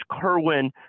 Kerwin